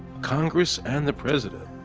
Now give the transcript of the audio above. congress and the president,